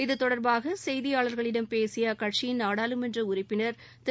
இது தொடர்பாக செய்தியாளர்களிடம் பேசிய அக்கட்சியின் நாடாளுமன்ற உறுப்பினர் திரு